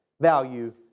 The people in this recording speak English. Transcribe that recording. value